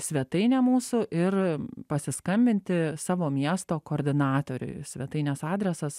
svetainę mūsų ir pasiskambinti savo miesto koordinatoriui svetainės adresas